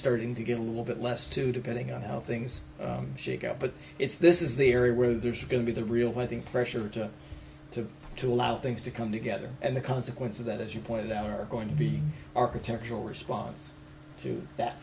starting to get a little bit less too depending on how things shake out but it's this is the area where there's going to be the real with the pressure to to to allow things to come together and the consequence of that as you pointed out are going to be architectural response to that